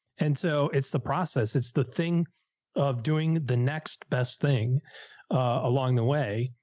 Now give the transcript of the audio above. and so it's the process. it's the thing of doing the next best thing along the way.